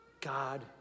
God